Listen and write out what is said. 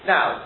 Now